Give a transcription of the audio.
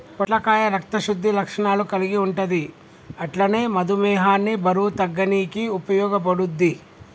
పొట్లకాయ రక్త శుద్ధి లక్షణాలు కల్గి ఉంటది అట్లనే మధుమేహాన్ని బరువు తగ్గనీకి ఉపయోగపడుద్ధి